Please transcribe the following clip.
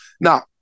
Now